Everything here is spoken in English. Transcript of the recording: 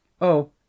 Oh